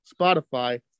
Spotify